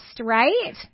right